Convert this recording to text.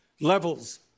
levels